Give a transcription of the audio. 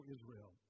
Israel